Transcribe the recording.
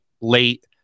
late